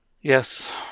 yes